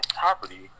property